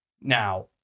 Now